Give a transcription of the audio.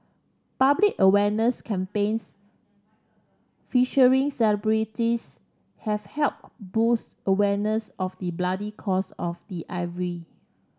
public awareness campaigns featuring celebrities have help boost awareness of the bloody cost of ivory